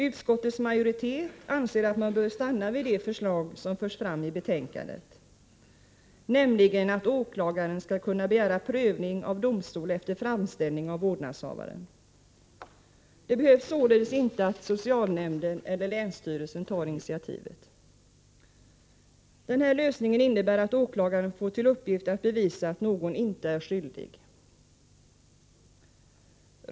Utskottets majoritet anser att man bör stanna vid det förslag som förs fram i betänkandet, nämligen att åklagaren skall kunna begära prövning av domstol även efter framställning av vårdnadshavaren. Det behövs således inte att socialnämnden eller länsstyrelsen tar initiativet. Den här lösningen innebär att åklagaren får till uppgift att bevisa att någon inte är skyldig.